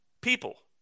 People